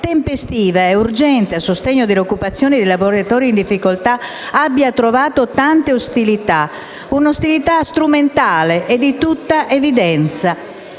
tempestiva e urgente a sostegno dell'occupazione di lavoratori in difficoltà abbia trovato tanta ostilità, un'ostilità strumentale, come è di tutta evidenza.